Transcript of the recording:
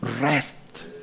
Rest